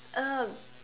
uh